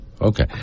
Okay